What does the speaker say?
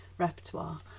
repertoire